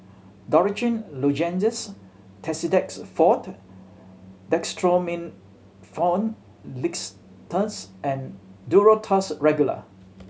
Dorithricin Lozenges Tussidex Forte Dextromethorphan Linctus and Duro Tuss Regular